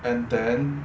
and then